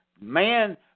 man